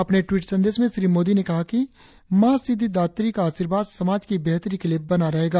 अपने ट्वीट संदेश में श्री मोदी ने कहा कि माँ सिद्धिद्रात्री का आशीर्वाद समाज की बेहतरी के लिए बना रहेगा